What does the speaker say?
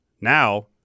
now –